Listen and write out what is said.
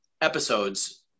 episodes